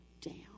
down